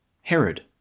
Herod